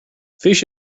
fish